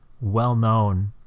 well-known